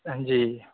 जी